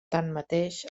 tanmateix